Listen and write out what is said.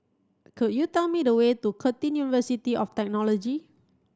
could you tell me the way to Curtin University of Technology